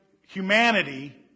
humanity